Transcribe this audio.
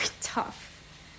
tough